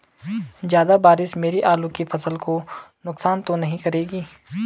ज़्यादा बारिश मेरी आलू की फसल को नुकसान तो नहीं करेगी?